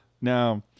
Now